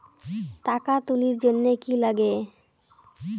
টাকা তুলির জন্যে কি লাগে?